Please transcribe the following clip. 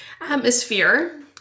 atmosphere